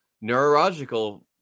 neurological